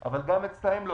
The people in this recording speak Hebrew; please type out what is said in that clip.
אבל גם אצלם לא